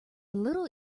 little